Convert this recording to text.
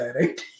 right